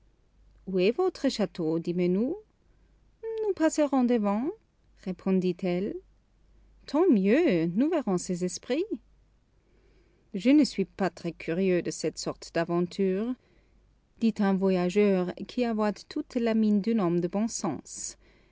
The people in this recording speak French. où est votre château dîmes nous nous passerons devant répondit-elle tant mieux nous verrons ces esprits je ne suis pas très curieux de ces sortes d'aventures dit un voyageur qui avoit toute la mine d'un homme de bon sens